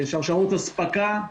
שרשרות אספקה,